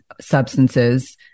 substances